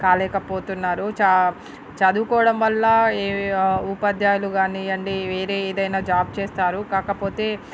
కాలేకపోతున్నారు చ చదువుకోవడం వల్ల ఉపాధ్యాయులు కానీయ్యండి వేరే ఏదైనా జాబ్ చేస్తారు కాకపోతే